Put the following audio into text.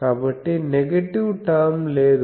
కాబట్టి negative term లేదు